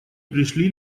пришли